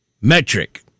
metric